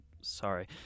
sorry